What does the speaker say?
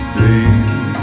baby